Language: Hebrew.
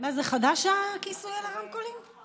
היה מהענפים הראשונים שנפגעו בעקבות משבר הקורונה.